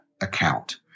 account